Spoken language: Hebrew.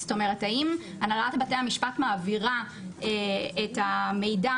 זאת אומרת האם הנהלת בתי המשפט מעבירה את המידע